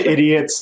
Idiots